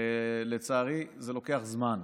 לצערי, זה לוקח זמן.